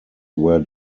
were